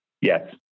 Yes